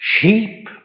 sheep